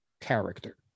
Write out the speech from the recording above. character